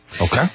Okay